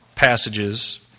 passages